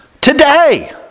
today